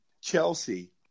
Chelsea